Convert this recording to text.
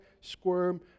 squirm